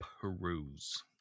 peruse